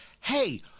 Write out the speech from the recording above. hey